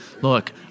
look